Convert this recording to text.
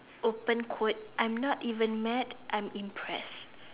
open quote I'm not even mad I'm impressed